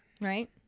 right